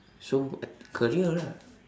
so career lah